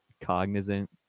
cognizant